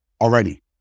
already